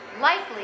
likely